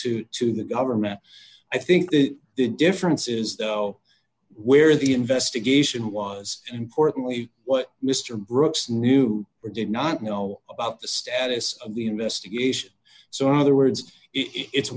to to the government i think that the difference is where the investigation was importantly what mr brooks knew or did not know about the status of the investigation so in other words it's